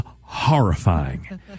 horrifying